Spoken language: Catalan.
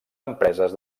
empreses